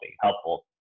helpful